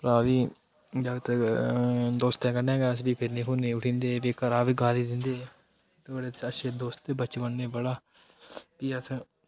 उप्परा भी जागतें कन्नै दोस्तें कन्नै गै अस भी फिरने फुरने उठी जंदे हे भी घरैआह्ले बी गालीं दिंदे हे बड़े अच्छे दोस्त हे बचपन च बड़ा भी अस